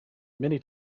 many